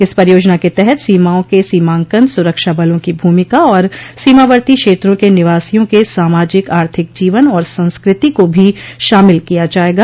इस परियोजना के तहत सीमाओं के सीमांकन सुरक्षा बलों को भूमिका और सीमावर्ती क्षेत्रों के निवासियों के सामाजिक आर्थिक जीवन और संस्कृति को भी शामिल किया जायेगा